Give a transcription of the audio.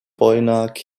king